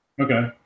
Okay